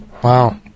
Wow